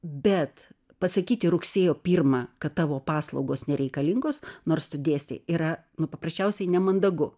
bet pasakyti rugsėjo pirmą kad tavo paslaugos nereikalingos nors tu dėstei yra nu paprasčiausiai nemandagu